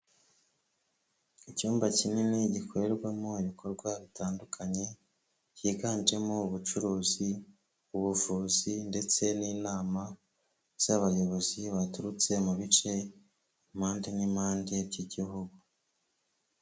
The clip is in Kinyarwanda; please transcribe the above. Icyumba kinini gikorerwamo ibikorwa bitandukanye cyiganjemo ubucuruzi, ubuvuzi ndetse n'inama z'abayobozi baturutse mu bice, impande n'impande by'igihugu.